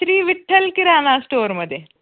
श्री विठ्ठल किराणा स्टोअरमध्ये